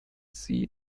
sie